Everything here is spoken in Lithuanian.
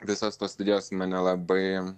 visos tos studijos mane labai